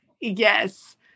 yes